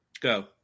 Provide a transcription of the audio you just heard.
Go